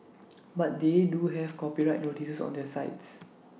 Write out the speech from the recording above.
but they do have copyright notices on their sites